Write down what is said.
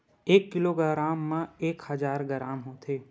एक किलोग्राम मा एक हजार ग्राम होथे